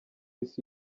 isi